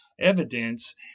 evidence